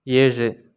ஏழு